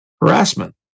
harassment